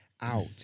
out